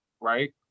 Right